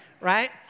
right